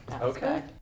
Okay